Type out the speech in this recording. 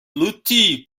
لوتی